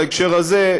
בהקשר הזה,